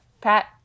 Pat